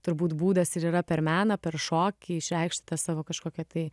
turbūt būdas ir yra per meną per šokį išreikšt tą savo kažkokią tai